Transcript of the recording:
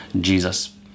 Jesus